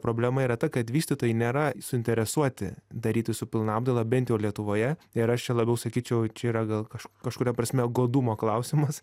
problema yra ta kad vystytojai nėra suinteresuoti daryti su pilna apdaila bent jau lietuvoje ir aš čia labiau sakyčiau čia yra gal kažku kažkuria prasme godumo klausimas